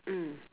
mm